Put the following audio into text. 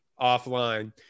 offline